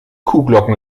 kuhglocken